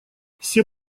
все